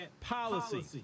policy